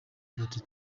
bati